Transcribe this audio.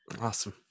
Awesome